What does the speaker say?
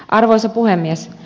arvoisa puhemies